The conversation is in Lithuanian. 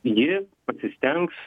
ji pasistengs